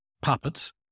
Puppets